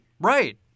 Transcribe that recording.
Right